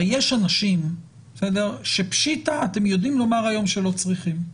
הרי יש אנשים שאתם יודעים לומר היום שלא צריכים,